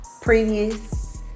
previous